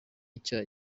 icyaha